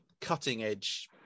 cutting-edge